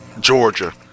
Georgia